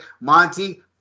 monty